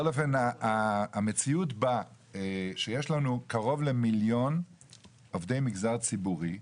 המציאות היא שיש לנו קרוב למיליון עובדי המגזר הציבורי,